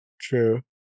True